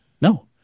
No